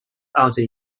alter